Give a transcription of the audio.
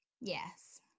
Yes